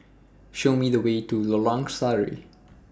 Show Me The Way to Lorong Sari